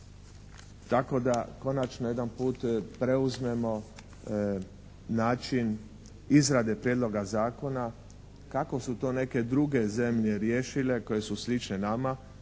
tako da konačno jedan put preuzmemo način izrade prijedloga zakona kako su to neke druge zemlje riješile koje su slične nama,